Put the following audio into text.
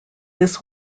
this